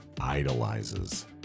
idolizes